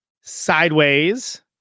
Sideways